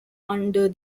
under